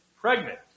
pregnant